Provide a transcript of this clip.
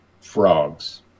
frogs